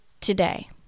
today